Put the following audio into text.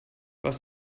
was